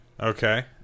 okay